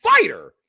fighter